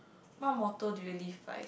what motto do you live by